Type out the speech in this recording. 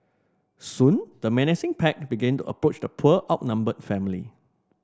soon the menacing pack began the approach the poor outnumbered family